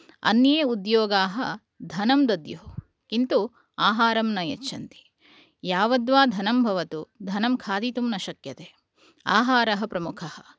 अन्ये उद्योगाः धनं दद्युः किन्तु आहारं न यच्छन्ति यावद् वा धनं भवतु धनं खादितुं न शक्यते आहारः प्रमुखः